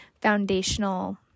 foundational